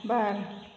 बार